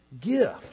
gift